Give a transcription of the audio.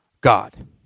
God